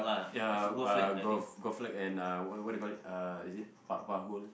ya uh golf golf flag and uh what what do you call it uh is it pa~ putt hole